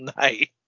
night